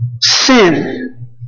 sin